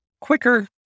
quicker